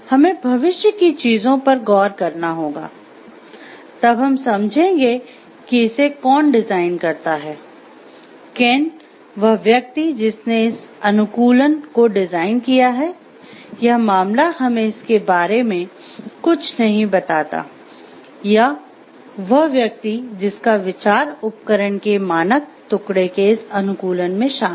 हमें भविष्य की चीजों पर गौर करना होगा तब हम समझेंगे कि इसे कौन डिजाइन करता है केन वह व्यक्ति जिसने इस अनुकूलन को डिज़ाइन किया है यह मामला हमें इसके बारे में कुछ नहीं बताता या वह व्यक्ति जिसका विचार उपकरण के मानक टुकड़े के इस अनुकूलन में शामिल था